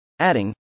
adding